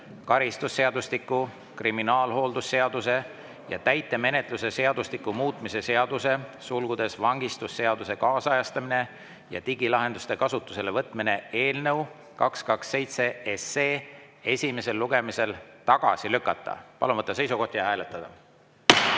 karistusseadustiku, kriminaalhooldusseaduse ja täitemenetluse seadustiku muutmise seaduse (vangistusseaduse kaasajastamine ja digilahenduste kasutusele võtmine) eelnõu 227 esimesel lugemisel tagasi lükata. Palun võtta seisukoht ja hääletada!